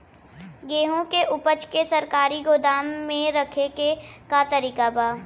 गेहूँ के ऊपज के सरकारी गोदाम मे रखे के का तरीका बा?